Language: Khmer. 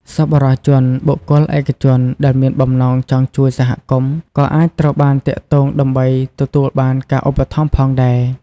សប្បុរសជន បុគ្គលឯកជនដែលមានបំណងចង់ជួយសហគមន៍ ក៏អាចត្រូវបានទាក់ទងដើម្បីទទួលបានការឧបត្ថម្ភផងដែរ។